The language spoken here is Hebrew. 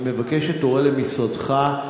אני מבקש שתורה למשרדך,